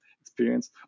experience